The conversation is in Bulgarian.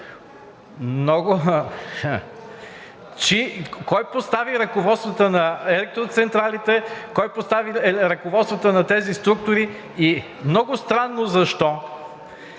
Кой постави ръководствата на електроцентралите? Кой постави ръководствата на тези структури? И много странно защо